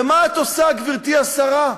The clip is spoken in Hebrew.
ומה את עושה, גברתי השרה?